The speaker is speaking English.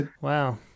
wow